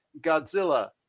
godzilla